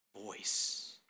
voice